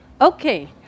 Okay